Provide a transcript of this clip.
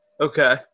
Okay